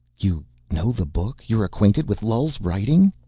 you know the book? you're acquainted with lull's writing?